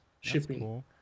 shipping